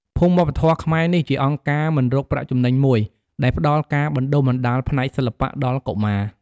ភូមិវប្បធម៌ខ្មែរនេះជាអង្គការមិនរកប្រាក់ចំណេញមួយ ដែលផ្តល់ការបណ្តុះបណ្តាលផ្នែកសិល្បៈដល់កុមារ ។